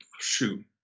shoot